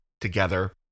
together